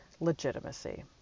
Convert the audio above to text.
legitimacy